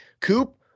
Coop